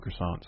croissants